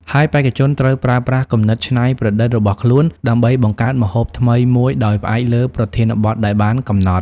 ហើយបេក្ខជនត្រូវប្រើប្រាស់គំនិតច្នៃប្រឌិតរបស់ខ្លួនដើម្បីបង្កើតម្ហូបថ្មីមួយដោយផ្អែកលើប្រធានបទដែលបានកំណត់។